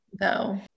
No